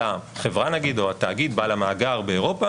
החברה נגיד או התאגיד בעל המאגר באירופה,